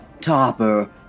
Topper